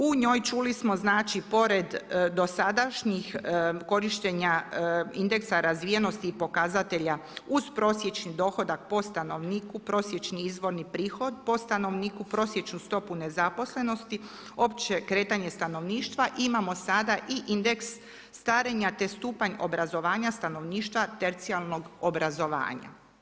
U njoj čuli smo znači i pored dosadašnjih, korištenja indeksa razvijenosti i pokazatelja uz prosječni dohodak po stanovniku, prosječni izvorni prihod po stanovniku, prosječnu stopu nezaposlenosti, opće kretanje stanovništva, imamo sada i indeks starenja te stupanj obrazovanja stanovništva tercijarnog obrazovanja.